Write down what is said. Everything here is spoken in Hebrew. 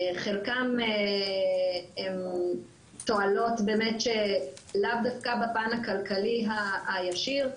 חלקם הן תועלות שלאו דווקא בפן הכלכלי הישיר,